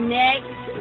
next